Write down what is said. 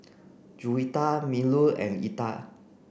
Juwita Melur and Eka